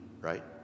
right